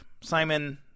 Simon